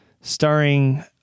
starring